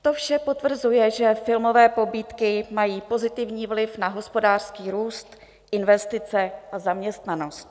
To vše potvrzuje, že filmové pobídky mají pozitivní vliv na hospodářský růst, investice a zaměstnanost.